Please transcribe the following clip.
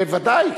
בוודאי,